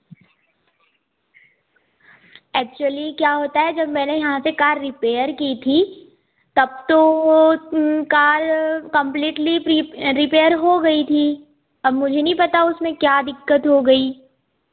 actually क्या होता है जब मैंने यहाँ पर कार रिपेयर की थी तब तो कार कम्प्लीटली प्री रिपेयर हो गई थी अब मुझे नहीं पता उसमें क्या दिक्कत हो गई